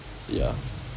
ya